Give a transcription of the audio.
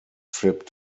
trip